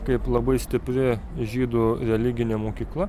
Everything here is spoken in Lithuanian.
kaip labai stipri žydų religinė mokykla